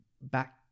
back